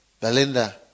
Belinda